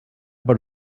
per